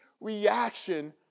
reaction